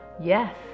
Yes